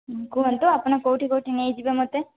କୁହନ୍ତୁ ଆପଣ କେଉଁଠି କେଉଁଠି ନେଇଯିବେ ମୋତେ